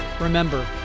Remember